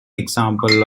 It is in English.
example